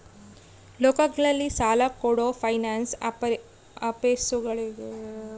ಲೋಕಲ್ನಲ್ಲಿ ಸಾಲ ಕೊಡೋ ಫೈನಾನ್ಸ್ ಆಫೇಸುಗಳಿಗೆ ಮತ್ತಾ ಖಾಸಗಿ ಬ್ಯಾಂಕುಗಳಿಗೆ ಇರೋ ವ್ಯತ್ಯಾಸವೇನ್ರಿ?